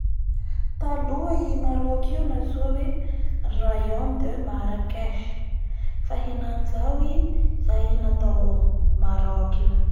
Taloha io Maroc io nantsoa hoe Royaume de Maracaiche fa henany zao i, izay i natao i Maroc io